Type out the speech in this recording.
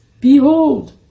behold